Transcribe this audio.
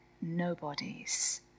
nobodies